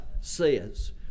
says